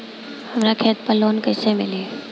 हमरा खेत पर लोन कैसे मिली?